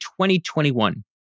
2021